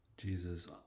Jesus